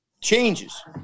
changes